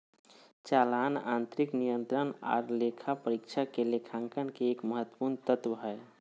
चालान आंतरिक नियंत्रण आर लेखा परीक्षक के लेखांकन के एक महत्वपूर्ण तत्व हय